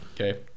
Okay